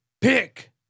pick